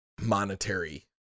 monetary